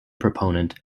proponent